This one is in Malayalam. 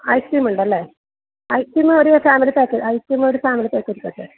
ഐസ്ക്രീം ഉണ്ടല്ലേ ഐസ്ക്രീം ഒരു ഫാമിലി പാക്ക് ഐസ്ക്രീം ഒരു ഫാമിലി പാക്ക് എടുത്താട്ടെ